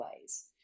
ways